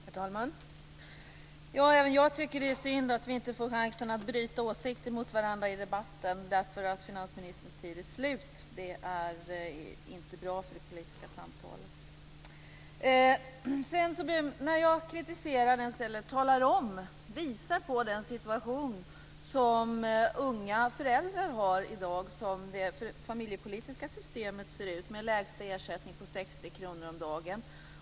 Herr talman! Även jag tycker att det är synd att vi inte får chansen att bryta åsikter mot varandra i debatten därför att finansministerns talartid är slut. Det är inte bra för det politiska samtalet. Jag visar på den situation som unga föräldrar befinner sig i som det familjepolitiska systemet ser ut i dag med en lägsta ersättning på 60 kr om dagen.